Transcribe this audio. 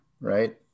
right